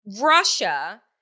Russia